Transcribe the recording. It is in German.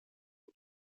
und